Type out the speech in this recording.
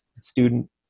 student